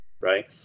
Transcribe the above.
right